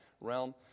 realm